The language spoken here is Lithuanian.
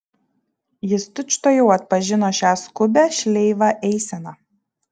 jis tučtuojau atpažino šią skubią šleivą eiseną